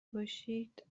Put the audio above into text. باشید